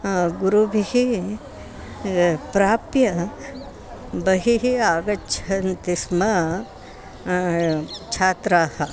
गुरुभिः प्राप्य बहिः आगच्छन्ति स्म छात्राः